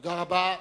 תודה רבה.